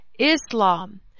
Islam